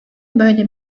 böyle